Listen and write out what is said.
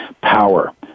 Power